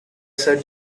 sir